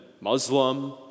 Muslim